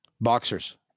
Boxers